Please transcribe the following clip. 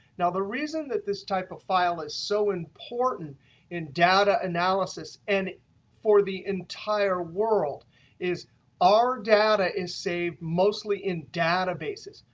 now, the reason that this type of file is so t in data analysis and for the entire world is our data is saved mostly in databases.